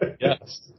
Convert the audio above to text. yes